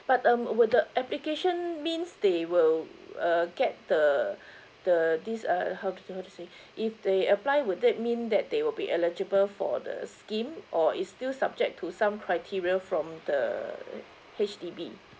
but um would the application means they will err get the the this err how to say how to say if they apply would that mean that they will be eligible for the scheme or is still subject to some criteria from the H_D_B